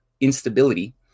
instability